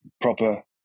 Proper